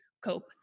cope